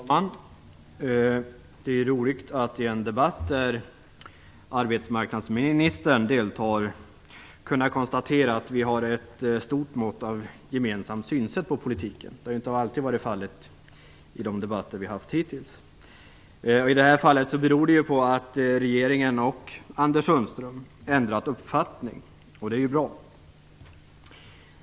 Fru talman! Det är roligt att i en debatt där arbetsmarknadsministern deltar kunna konstatera att vi har ett stort mått av gemensamma synsätt på politiken. Det har inte alltid varit fallet i de debatter vi har haft hittills. I detta fall beror det på att regeringen och Anders Sundström har ändrat uppfattning, och det är bra.